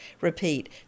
Repeat